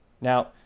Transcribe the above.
Now